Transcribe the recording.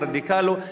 מר דקלו,